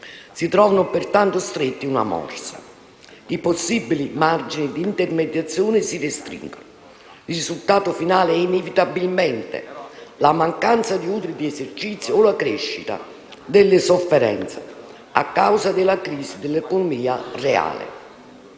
Si trovano, pertanto, stretti in una morsa. I possibili margini di intermediazione si restringono. Il risultato finale è, inevitabilmente, la mancanza di utili d'esercizio o la crescita della sofferenze, a causa della crisi dell'economia reale.